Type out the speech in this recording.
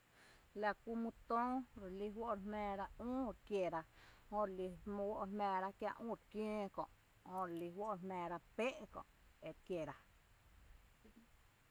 la kú mý töö re lí juó' rejmaara üü re kiéra jö relí juó're jmaara kiä' üü re kiöö re lí juó' rejmaara péé' e re kiéera.